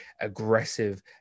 aggressive